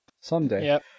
someday